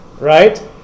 Right